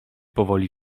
powoli